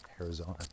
Arizona